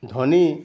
ধনী